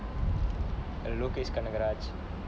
lokesh kanagaraj